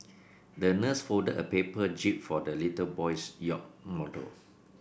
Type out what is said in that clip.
the nurse folded a paper jib for the little boy's yacht model